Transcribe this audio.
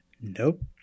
nope